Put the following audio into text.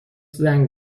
زنگ